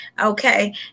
okay